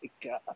god